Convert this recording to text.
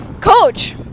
coach